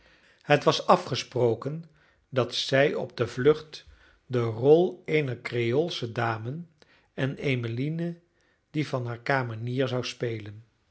het was afgesproken dat zij op de vlucht de rol eener creoolsche dame en emmeline die van haar kamenier zou spelen